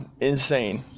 insane